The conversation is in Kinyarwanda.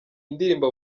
ndirimbo